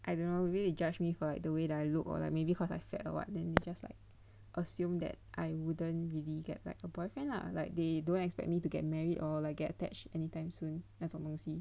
I don't know maybe they judge me for like the way that I look or like maybe cause I fat or what then they just like assume that I wouldn't really get like a boyfriend lah like they don't expect me to get married or like get attached anytime soon 那种东西